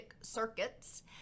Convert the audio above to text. circuits